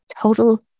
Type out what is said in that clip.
total